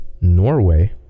norway